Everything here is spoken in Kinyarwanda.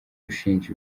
gushinja